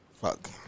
Fuck